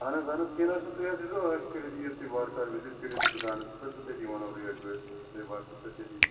اَہن حظ اَہن کیٚنٛہہ نَہ چھُنہٕ تۄہہِ حظ یِزیو عٲش کٔرِتھ اِیو تۄہہِ وارکار وِزِٹ کٔرِو تۄہہِ دُکانس پٮ۪ٹھ تہٕ تٔتی وَنو ریٹ ویٹ تہٕ بیٚیہِ باسوٕ تۄہہِ تٔتی